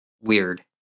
weird